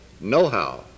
know-how